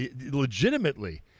legitimately